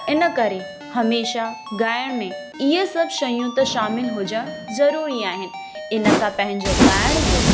त इन करे हमेशह ॻाइण में इहा सभु शयूं त शामिल हुजणु ज़रूरी आहिनि इन सां पंहिंजो ॻाइण जो